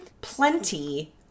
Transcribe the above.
Plenty